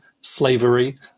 slavery